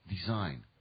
design